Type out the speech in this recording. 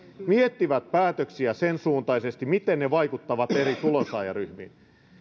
mietti päätöksiä sensuuntaisesti miten ne vaikuttavat eri tulonsaajaryhmiin